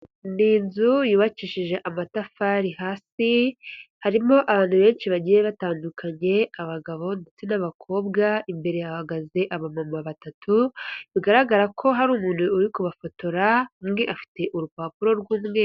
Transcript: Ni inzu yubakishije amatafari hasi, harimo abantu benshi bagiye batandukanye, abagabo ndetse n'abakobwa, imbere hahagaze abamama batatu, bigaragara ko hari umuntu uri kubafotora, undi afite urupapuro rw'umweru.